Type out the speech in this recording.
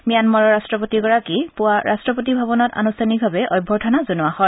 ম্যানমাৰৰ ৰাট্ৰপতিগৰাকী পুৱা ৰাট্ৰপতি ভৱনত আনুষ্ঠানকভাৱে অভ্যৰ্থনা জনোৱা হয়